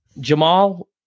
Jamal